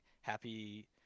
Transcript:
happy